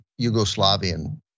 Yugoslavian